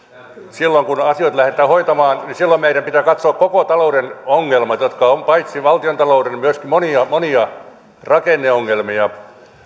silloin kun asioita lähdetään hoitamaan meidän pitää katsoa koko talouden ongelmat ja on paitsi valtiontalouden ongelmia myöskin monia monia rakenneongelmia